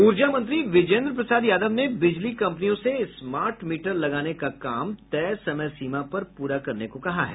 ऊर्जा मंत्री बिजेन्द्र प्रसाद यादव ने बिजली कंपनियों से स्मार्ट मीटर लगाने का काम तय समयसीमा पर पूरा करने को कहा है